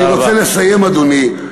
אני רוצה לסיים, אדוני.